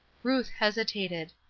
ruth hesitated.